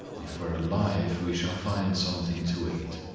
if we're alive we shall find something to eat.